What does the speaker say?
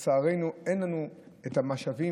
לצערנו, אין לנו את המשאבים